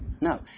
No